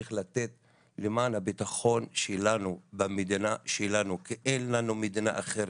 אמשיך לתת למען הביטחון שלנו במדינה שלנו כי אין לנו מדינה אחרת.